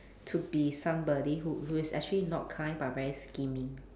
to be somebody who who is actually not kind but very scheming